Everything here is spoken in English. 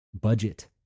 budget